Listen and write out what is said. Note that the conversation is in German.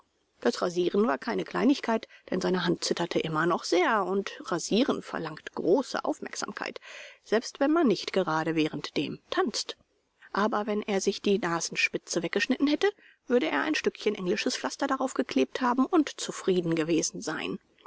das rasieren war keine kleinigkeit denn seine hand zitterte immer noch sehr und rasieren verlangt große aufmerksamkeit selbst wenn man nicht gerade während dem tanzt aber wenn er sich die nasenspitze weggeschnitten hätte würde er ein stückchen englisches pflaster darauf geklebt haben und zufrieden gewesen sein